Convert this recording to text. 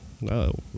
No